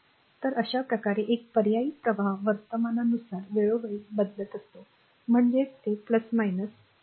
तर अशा प्रकारे एक पर्यायी प्रवाह वर्तमानानुसार वेळोवेळी बदलत असतो म्हणजेच ते असेल